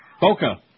Boca